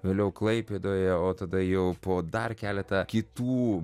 vėliau klaipėdoje o tada jau po dar keletą kitų